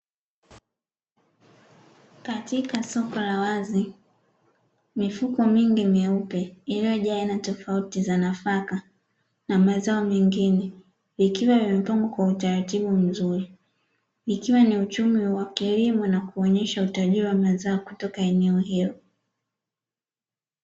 Katika soko la wazi mifuko mingi meupe iliyo jaa aina tofauti za nafaka na mazao mengine, ikiwa imepangwa kwa utaratibu mzuri, ikiwa ni uchumi wa kilimo na kuonyesha utajiri wa mazao kutoka eneo hilo.